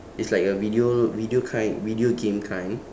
it's like a video video kind video game kind